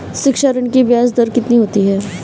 शिक्षा ऋण की ब्याज दर कितनी होती है?